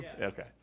Okay